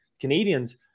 Canadians